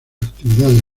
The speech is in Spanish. actividades